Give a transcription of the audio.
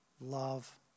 love